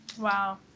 Wow